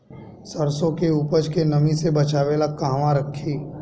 सरसों के उपज के नमी से बचावे ला कहवा रखी?